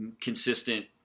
consistent